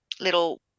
little